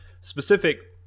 specific